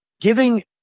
giving